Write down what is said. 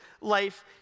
life